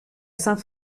saint